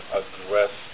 address